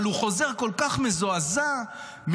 אבל הוא חוזר כל כך מזועזע מלוויה,